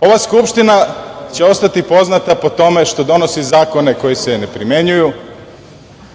Ova Skupština će ostati poznata po tome što donosi zakone koji se ne primenjuju,